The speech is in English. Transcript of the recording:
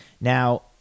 Now